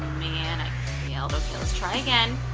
man i failed. okay, let's try again.